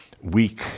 weak